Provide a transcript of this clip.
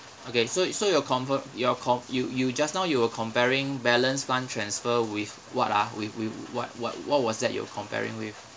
okay so so you're confirm you're con~ you you just now you were comparing balance funds transfer with what ah with with what what what was that you're comparing with